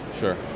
Sure